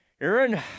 Aaron